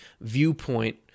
viewpoint